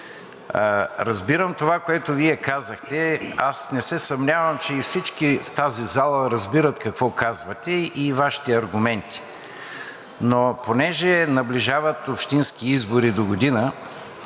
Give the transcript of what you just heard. Разбирам това, което Вие казахте, аз не се съмнявам, че и всички в тази зала разбират какво казвате и Вашите аргументи, но тъй като наближават общински избори догодина,